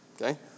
Okay